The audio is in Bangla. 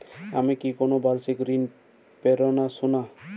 আমি কি কোন বাষিক ঋন পেতরাশুনা?